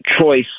choice